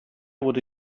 would